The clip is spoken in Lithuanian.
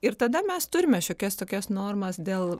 ir tada mes turime šiokias tokias normas dėl